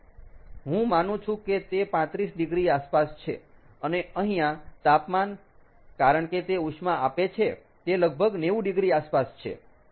હું માનું છું કે તે 35 ડિગ્રી આસપાસ છે અને અહીંયા તાપમાન કારણ કે તે ઉષ્મા આપે છે તે લગભગ 90 ડિગ્રી આસપાસ છે